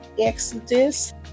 Exodus